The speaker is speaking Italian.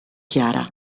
chiara